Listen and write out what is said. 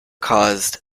caused